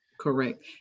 Correct